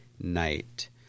night